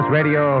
Radio